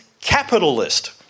capitalist